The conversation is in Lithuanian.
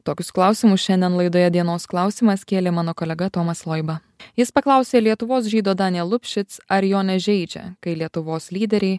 tokius klausimus šiandien laidoje dienos klausimas kėlė mano kolega tomas loiba jis paklausė lietuvos žydo daniel lupšits ar jo nežeidžia kai lietuvos lyderiai